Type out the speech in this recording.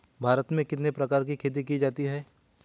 भारत में कितने प्रकार की खेती की जाती हैं?